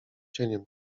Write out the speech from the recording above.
cieniem